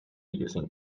using